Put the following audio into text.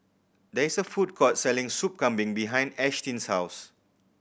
there is a food court selling Soup Kambing behind Ashtyn's house